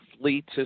fleets